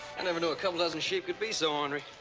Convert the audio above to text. never knew a couple dozen sheep could be so ornery.